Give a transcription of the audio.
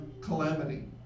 calamity